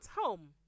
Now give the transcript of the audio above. home